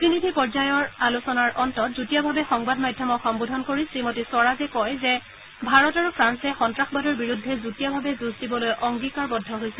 প্ৰতিনিধি পৰ্যায়ৰ আলোচনাৰ অন্তত যুটীয়াভাৱে সংবাদ মাধ্যমক সম্বোধন কৰি শ্ৰীমতী স্বৰাজে কয় যে ভাৰত আৰু ফ্ৰান্সে সন্নাসবাদৰ বিৰুদ্ধে যুটীয়াভাৱে যুঁজ দিবলৈ অংগীকাৰবদ্ধ হৈছে